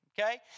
Okay